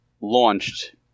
launched